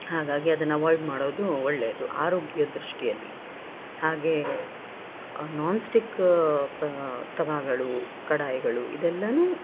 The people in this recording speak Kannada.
ಹಾಗಾಗಿ ಅದನ್ನ ಅವಾಯ್ಡ್ ಮಾಡೋದು ಒಳ್ಳೇಯದು ಆರೋಗ್ಯ ದೃಷ್ಟಿಯಲ್ಲಿ ಹಾಗೇ ನಾನ್ಸ್ಟಿಕ್ ತವಾಗಳು ಕಡಾಯಿಗಳು ಇದೆಲ್ಲನು